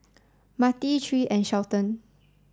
Matie Tre and Shelton